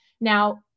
now